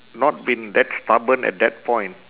not been that stubborn at that point